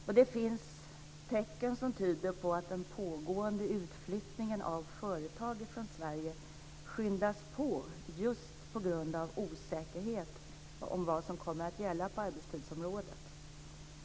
Och det finns tecken som tyder på att den pågående utflyttningen av företag från Sverige skyndas på just på grund av osäkerhet om vad som kommer att gälla på arbetstidsområdet.